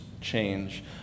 change